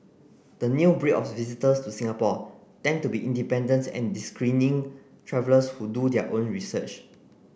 the new breed of visitors to Singapore tend to be independent and discerning travellers who do their own research